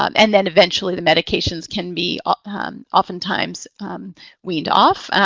um and then eventually the medications can be oftentimes weaned off.